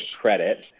credit